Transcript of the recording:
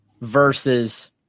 versus